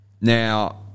Now